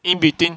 in between